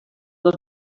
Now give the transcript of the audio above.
dos